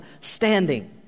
standing